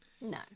No